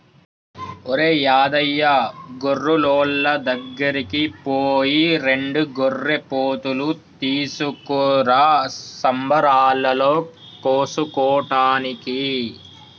ఒరేయ్ యాదయ్య గొర్రులోళ్ళ దగ్గరికి పోయి రెండు గొర్రెపోతులు తీసుకురా సంబరాలలో కోసుకోటానికి